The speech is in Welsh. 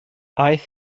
aeth